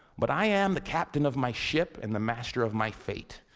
but i am the captain of my ship and the master of my fate.